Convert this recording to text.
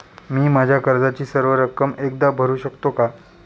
मी माझ्या कर्जाची सर्व रक्कम एकदा भरू शकतो का?